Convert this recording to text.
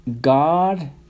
God